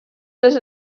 les